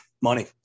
money